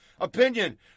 Opinion